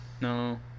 No